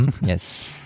Yes